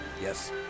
Yes